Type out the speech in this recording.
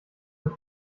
wird